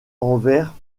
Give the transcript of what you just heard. envers